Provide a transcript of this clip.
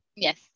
yes